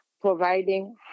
providing